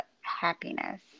happiness